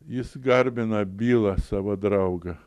jis garbina bylą savo draugą